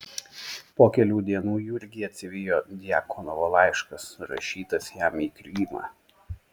po kelių dienų jurgį atsivijo djakonovo laiškas rašytas jam į krymą